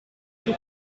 tudi